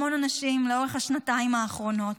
המון אנשים לאורך השנתיים האחרונות,